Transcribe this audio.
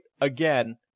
again